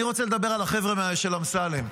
אני רוצה לדבר על החבר'ה של אמסלם.